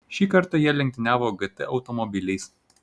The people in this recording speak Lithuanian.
šį kartą jie lenktyniavo gt automobiliais